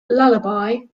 lullaby